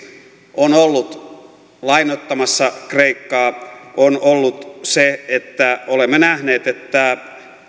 on ollut lainoittamassa kreikkaa on ollut se että olemme nähneet että